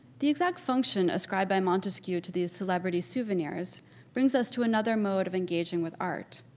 the exact function ascribed by montesquiou to these celebrity souvenirs brings us to another mode of engaging with art.